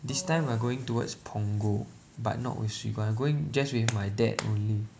this time we are going towards Punggol but not with Swee Guan I going just with my dad only